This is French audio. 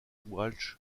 walsh